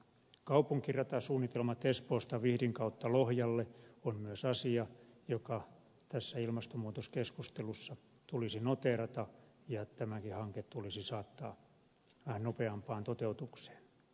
kaupunkiratasuunnitelmat espoosta vihdin kautta lohjalle ovat myös asia joka tässä ilmastonmuutoskeskustelussa tulisi noteerata ja tämäkin hanke tulisi saattaa vähän nopeampaan toteutukseen